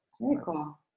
cool